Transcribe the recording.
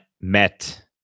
met